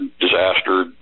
disaster